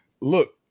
look